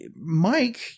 Mike